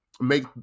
make